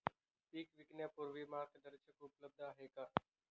पीक विकण्यापूर्वी मार्गदर्शन उपलब्ध आहे का?